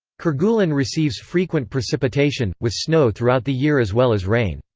kerguelen receives frequent precipitation, with snow throughout the year as well as rain.